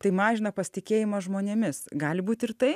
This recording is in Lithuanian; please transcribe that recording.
tai mažina pasitikėjimą žmonėmis gali būt ir tai